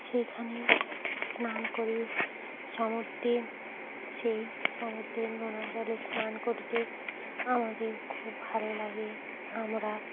সেইখানে স্নান করি সমুদ্রে সেই সমুদ্রের নোনা জলে স্নান করতে আমাদের খুব ভালো লাগে আমরা